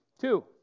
Two